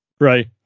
Right